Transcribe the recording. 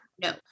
no